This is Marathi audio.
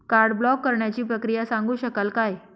कार्ड ब्लॉक करण्याची प्रक्रिया सांगू शकाल काय?